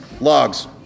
Logs